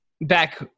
back